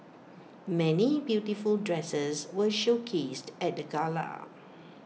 many beautiful dresses were showcased at the gala